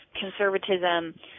conservatism